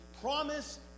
Promise